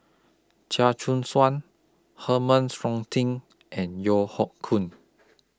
Chia Choo Suan Herman and Yeo Hoe Koon